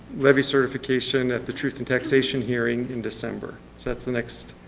levy certification at the truth and taxation hearing in december. so that's the next